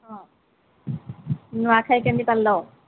ହଁ ନୂଆଁଖାଇ କେମିତି କଲ